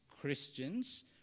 Christians